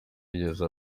yigeze